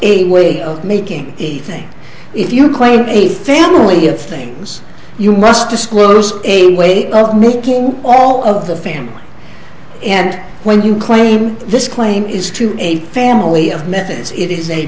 a way of making the thing if you claim eight family of things you must disclose a way of making all of the family and when you claim this claim is to a family of methods it is a